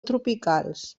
tropicals